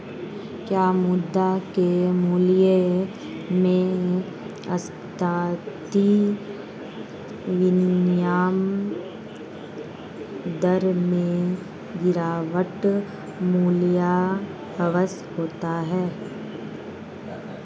क्या मुद्रा के मूल्य में अस्थायी विनिमय दर में गिरावट मूल्यह्रास होता है?